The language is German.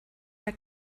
der